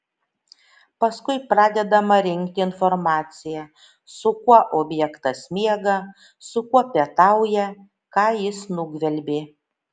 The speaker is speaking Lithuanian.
paskui pradedama rinkti informacija su kuo objektas miega su kuo pietauja ką jis nugvelbė